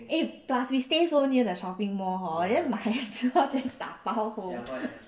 eh plus we stay so near the shopping mall hor might as well just dabao home